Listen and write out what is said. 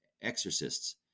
exorcists